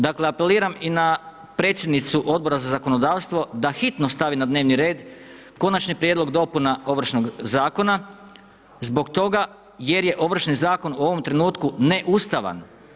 Dakle, apeliram i na predsjednicu Odbora za zakonodavstvo da hitno stavi na dnevni red Konačni prijedlog dopuna Ovršnog zakona zbog toga jer je Ovršni zakon u ovom trenutku neustavan.